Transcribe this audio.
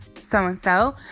so-and-so